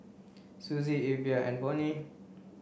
Sussie Evia and Vonnie